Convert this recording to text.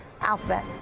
Alphabet